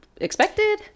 expected